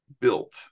built